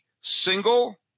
single